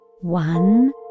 One